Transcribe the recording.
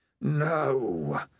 No